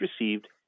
received